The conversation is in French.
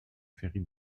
ferry